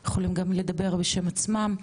הם יכולים גם לדבר בשם עצמם.